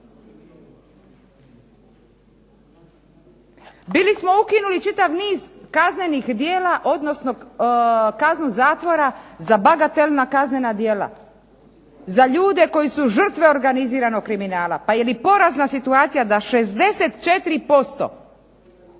Bili smo ukinuli čitav niz kaznenih djela, odnosno kaznu zatvora za bagatelna kaznena djela, za ljude koji su žrtve organiziranog kriminala. Pa je li porazna situacija da 64%